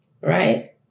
right